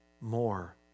more